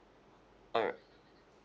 alright